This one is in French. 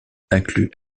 inclut